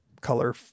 color